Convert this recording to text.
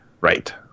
Right